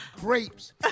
grapes